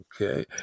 Okay